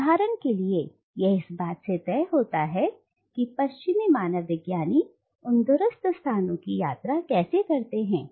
उदाहरण के लिए यह इस बात से तय होता है कि पश्चिमी मानव विज्ञानी उन दूरस्थ स्थानों की यात्रा कैसे करते हैं